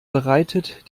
bereitet